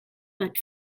but